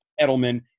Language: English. Edelman